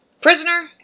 prisoner